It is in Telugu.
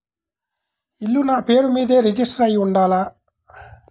ఇల్లు నాపేరు మీదే రిజిస్టర్ అయ్యి ఉండాల?